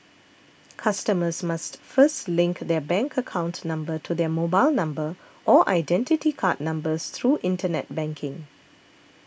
customers must first link their bank account number to their mobile number or Identity Card numbers through internet banking